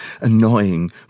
annoying